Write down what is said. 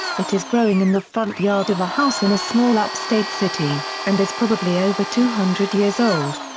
it is growing in the front yard of a house in a small upstate city, and is probably over two hundred years old.